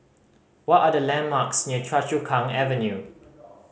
what are the landmarks near Choa Chu Kang Avenue